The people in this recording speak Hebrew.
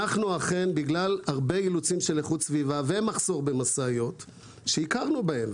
אכן בגלל הרבה אילוצים של איכות סביבה ומחסור במשאיות שהכרנו בהם,